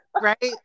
Right